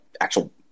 actual